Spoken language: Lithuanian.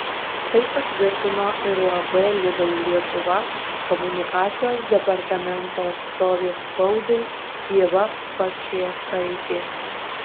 tai patvirtino ir uab lidl lietuva komunikacijos departamento atstovė spaudai ieva pačėsaitė